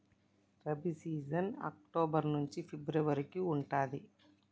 rabi season October నుంచి February వరకు ఉంటది